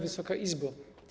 Wysoka Izbo!